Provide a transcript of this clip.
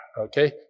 okay